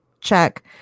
Check